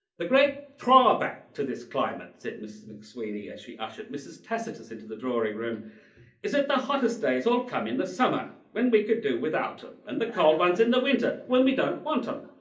the great trial back to this climate said missus mcsweeney as she ushered mrs. tacitus into the drawing-room is it the hottest days all come in the summer when we could do without him and the cold ones in the winter when we don't want him.